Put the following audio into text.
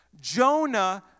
Jonah